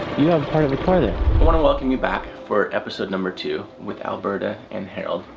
you have part of a car there. i wanna welcome you back for episode number two with alberta and harold.